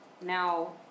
Now